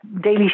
daily